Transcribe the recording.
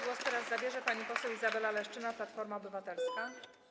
Głos teraz zabierze pani poseł Izabela Leszczyna, Platforma Obywatelska.